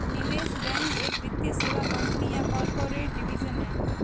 निवेश बैंक एक वित्तीय सेवा कंपनी या कॉर्पोरेट डिवीजन है